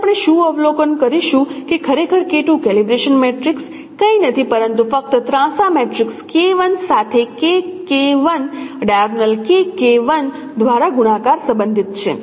તેથી આપણે શું અવલોકન કરીશું કે ખરેખર કેલિબ્રેશન મેટ્રિક્સ કંઈ નથી પરંતુ ફક્ત ત્રાંસા મેટ્રિક્સ સાથે k k 1 diagkk1 દ્વારા ગુણાકાર સંબંધિત છે